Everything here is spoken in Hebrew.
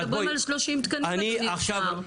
מדברים על 30 תקנים אדוני השר.